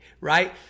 right